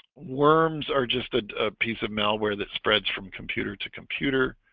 worms are just a piece of malware that spreads from computer to computer